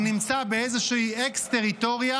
הוא נמצא באיזושהי אקס-טריטוריה,